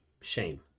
shame